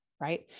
right